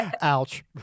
Ouch